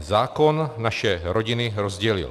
Zákon naše rodiny rozdělil.